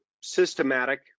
systematic